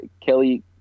Kelly